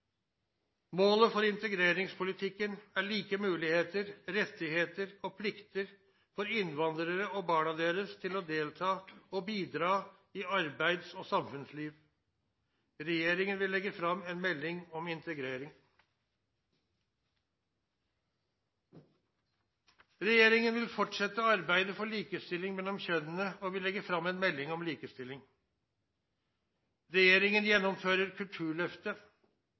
Målet for integreringspolitikken er like muligheter, rettigheter og plikter for innvandrere og barna deres til å delta og bidra i arbeids- og samfunnsliv. Regjeringen vil legge fram en melding om integrering. Regjeringen vil fortsette arbeidet for likestilling mellom kjønnene og vil legge fram en melding om likestilling. Regjeringen gjennomfører Kulturløftet.